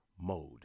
mode